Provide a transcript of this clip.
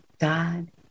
God